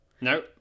No